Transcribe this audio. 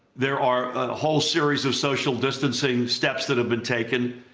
there are a whole series of social distancing steps that have been taken,